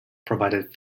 provided